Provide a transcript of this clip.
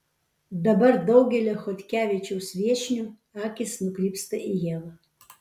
dabar daugelio chodkevičiaus viešnių akys nukrypsta į ievą